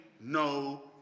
no